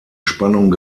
spannung